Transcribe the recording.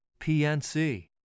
PNC